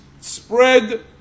spread